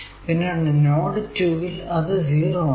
പിന്നെ നോഡ് 2 ൽ അത് 0 ആണ്